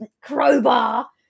crowbar